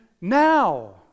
now